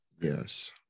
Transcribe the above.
Yes